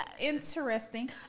interesting